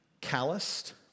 calloused